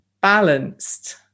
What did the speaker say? balanced